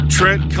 Trent